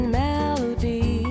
melody